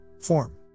form